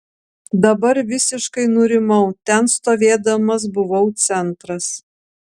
dabar visiškai nurimau ten stovėdamas buvau centras